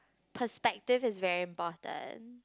perspective is very important